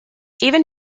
even